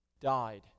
died